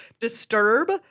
disturb